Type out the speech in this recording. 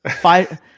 Five